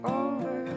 over